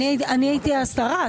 אני הייתי השרה.